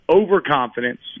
overconfidence